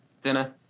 dinner